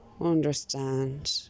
understand